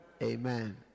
Amen